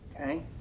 Okay